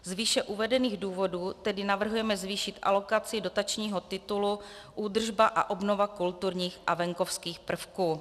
Z výše uvedených důvodů tedy navrhujeme zvýšit alokaci dotačního titulu 129D66 údržba a obnova kulturních a venkovských prvků.